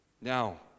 now